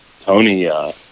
Tony